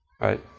right